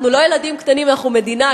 אנחנו לא ילדים קטנים, אנחנו מדינה.